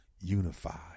unified